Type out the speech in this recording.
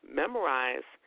memorize